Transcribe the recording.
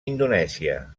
indonèsia